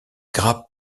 grappes